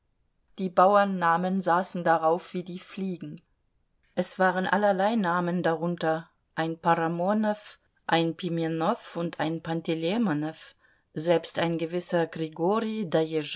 die bauernnamen saßen drauf wie die fliegen es waren allerlei namen darunter ein paramonow ein pimenow und ein pantelejmonow selbst ein gewisser grigorij